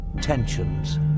tensions